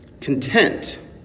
Content